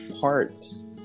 parts